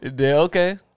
Okay